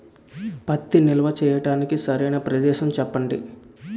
పత్తి నిల్వ చేయటానికి సరైన ప్రదేశం చెప్పండి?